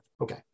Okay